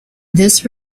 this